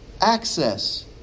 Access